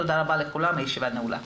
תודה רבה לכולם, הישיבה נעולה.